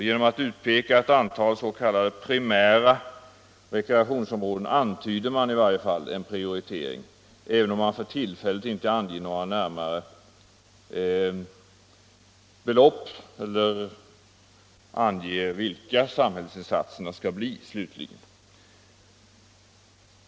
Genom att utpeka ett antal s.k. primära rekreationsområden antyder man i varje fall en prioritering även om man för tillfället inte anger några belopp eller vilka samhällsinsatserna slutligen skall bli.